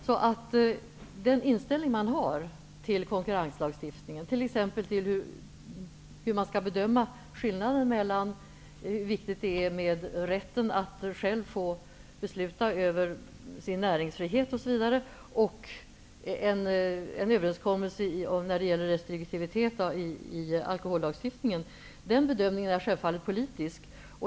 Domstolen tar ställning till konkurrenslagstiftningen, t.ex. till hur man skall bedöma skillnaden mellan vikten av näringsfrihet osv. och en överenskommelse när det gäller restriktivitet i alkohollagstiftningen. Den bedömningen är självfallet politisk.